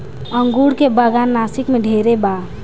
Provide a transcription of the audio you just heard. अंगूर के बागान नासिक में ढेरे बा